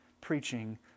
preaching